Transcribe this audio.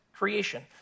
creation